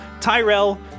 Tyrell